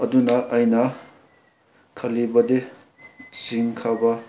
ꯑꯗꯨꯅ ꯑꯩꯅ ꯈꯜꯂꯤꯕꯗꯤ ꯆꯤꯡ ꯀꯥꯕ